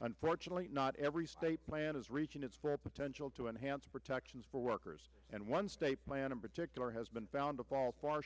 unfortunately not every state plan is reaching its for potential to enhance protections for workers and one state plan in particular has been found to fall far